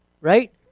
Right